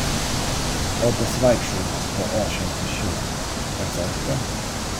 o pasivaikščiojimas po ošiantį šilą egzotika